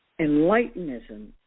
Enlightenism